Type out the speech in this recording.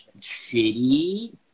shitty